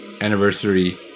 anniversary